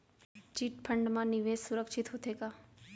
Chit fund मा निवेश सुरक्षित होथे का?